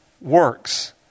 works